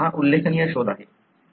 हा उल्लेखनीय शोध आहे